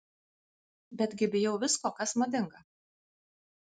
betgi bijau visko kas madinga